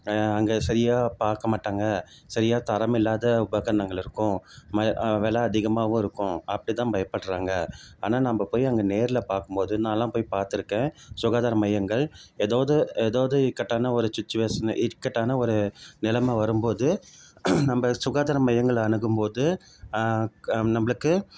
அங்கே சரியாக பார்க்கமாட்டாங்க சரியாக தரம் இல்லாத உபகரணகள் இருக்கும் ம விலை அதிகமாகவும் இருக்கும் அப்படி தான் பயப்படுறாங்க ஆனால் நம்ம போய் அங்கே நேரில் பார்க்கும் போது நானெலாம் போய் பார்த்துருக்கேன் சுகாதார மையங்கள் எதாவது எதாவது இக்கட்டான ஒரு சுச்சுவேசன் இக்கட்டான ஒரு நிலம வரும்போது நம்ம சுகாதார மையங்களை அணுகும் போது நம்மளுக்கு